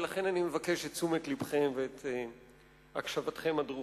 ולכן אני מבקש את תשומת לבכם ואת הקשבתכם הדרוכה.